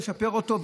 לצ'פר אותו,